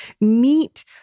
meet